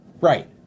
Right